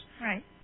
right